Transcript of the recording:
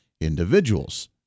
individuals